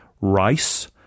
RICE